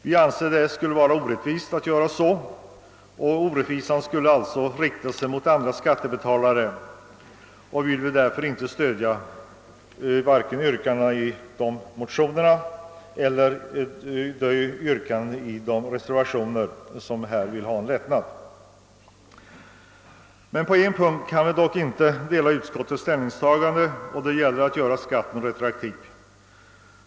Vi anser att det skulle vara orättvist mot andra skattebetalare. Därför har vi inte kunnat stödja de yrkanden i de motioner och reservationer som föreslår en lättnad i dessa avseenden. På en punkt kan vi dock inte dela utskottets mening; vi vill inte ge lagstiftningen retroaktiv verkan.